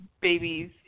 babies